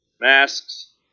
masks